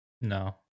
No